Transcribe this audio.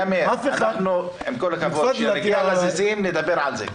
יא מאיר, עם כל הכבוד, כשנגיע לזיזים נדבר על זה.